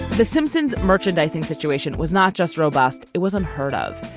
the simpsons merchandising situation was not just robust it was unheard of.